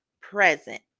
present